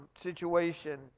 situation